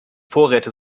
vorräte